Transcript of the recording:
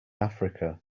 africa